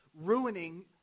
ruining